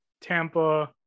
Tampa